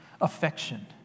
affection